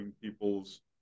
people's